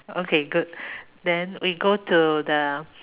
okay good then we go to the